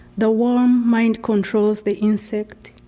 the worm mind-controls the insect,